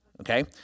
Okay